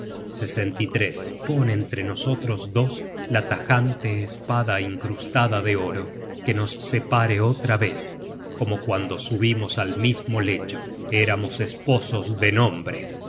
todo quedará igual pon entre nosotros dos la tajante espada incrustada de oro que nos separe otra vez como cuando subimos al mismo lecho éramos esposos de nombre